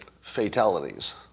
fatalities